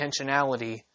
intentionality